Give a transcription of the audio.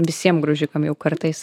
visiem graužikam jau kartais